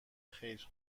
خیر